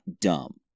dumb